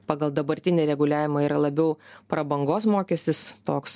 pagal dabartinį reguliavimą yra labiau prabangos mokestis toks